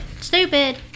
Stupid